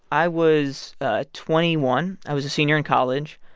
i was ah twenty one. i was a senior in college.